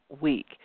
week